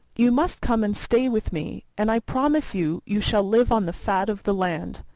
you must come and stay with me, and i promise you you shall live on the fat of the land.